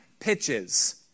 pitches